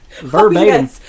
Verbatim